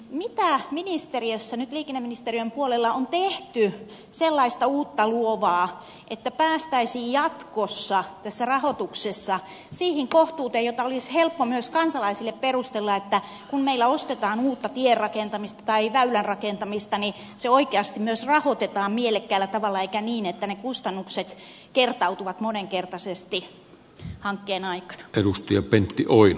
mitä ministeriössä nyt liikenneministeriön puolella on tehty sellaista uutta luovaa että päästäisiin jatkossa tässä rahoituksessa siihen kohtuuteen jota olisi helppo myös kansalaisille perustella sillä että kun meillä ostetaan uutta tien rakentamista tai väylän rakentamista se myös oikeasti rahoitetaan mielekkäällä tavalla eikä niin että ne kustannukset kertautuvat moninkertaisesti hankkeen aikana